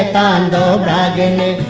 da da da